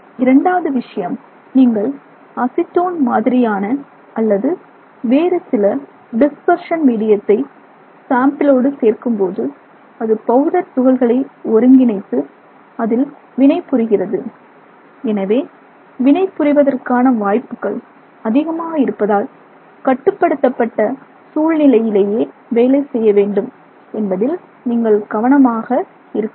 இரண்டாவது விஷயம் நீங்கள் அசிட்டோன் மாதிரியான அல்லது வேறு சில டிஸ்பர்ஷன் மீடியத்தை சாம்பிளோடு சேர்க்கும்போது அது பவுடர் துகள்களை ஒருங்கிணைத்து அதில் வினை புரிகிறது எனவே வினை புரிவதற்கான வாய்ப்புகள் அதிகமாக இருப்பதால் கட்டுபடுத்தப்பட்ட சூழ்நிலையிலேயே வேலை செய்ய வேண்டும் என்பதில் நீங்கள் கவனமாக இருக்க வேண்டும்